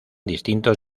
distintos